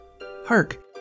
Hark